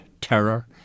terror